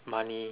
money